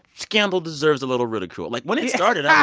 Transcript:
scandal deserves a little ridicule. like. when it started, i